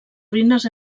ruïnes